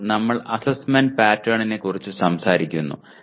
ഇപ്പോൾ നമ്മൾ അസ്സെസ്സ്മെന്റ് പാറ്റേണിനെക്കുറിച്ച് സംസാരിക്കുന്നു